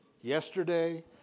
Yesterday